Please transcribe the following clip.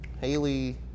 Haley